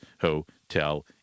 hotel